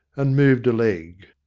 and moved a leg.